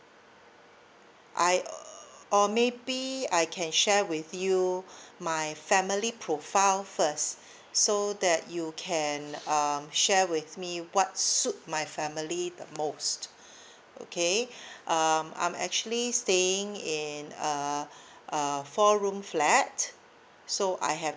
I uh or maybe I can share with you my family profile first so that you can um share with me what suit my family the most okay um I'm actually staying in a a four room flat